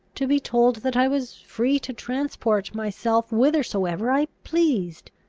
to be told that i was free to transport myself whithersoever i pleased!